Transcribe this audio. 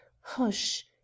hush